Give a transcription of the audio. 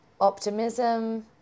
optimism